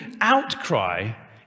outcry